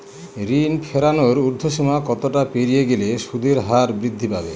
ঋণ ফেরানোর উর্ধ্বসীমা কতটা পেরিয়ে গেলে সুদের হার বৃদ্ধি পাবে?